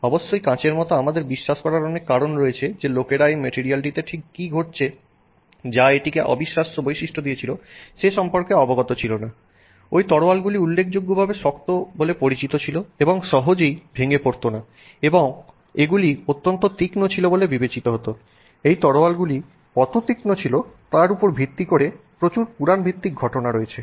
অবশ্যই কাঁচের মতো আমাদের বিশ্বাস করার অনেক কারণ রয়েছে যে লোকেরা এই মেটেরিয়ালটিতে ঠিক কী ঘটেছে যা এটিকে অবিশ্বাস্য বৈশিষ্ট্য দিয়েছিল সে সম্পর্কে অবগত ছিল না ওই তলোয়ারগুলি উল্লেখযোগ্যভাবে শক্ত বলে পরিচিত ছিল এবং সহজেই ভেঙে পড়ত না এবং এগুলি অত্যন্ত তীক্ষ্ণ ছিল বিবেচিত হতো এই তলোয়ারগুলি কত তীক্ষ্ণ ছিল তার উপর ভিত্তি করে প্রচুর পুরাণ ভিত্তিক ঘটনা রয়েছে